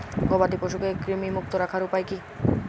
গবাদি পশুকে কৃমিমুক্ত রাখার উপায় কী?